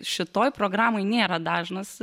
šitoj programoj nėra dažnas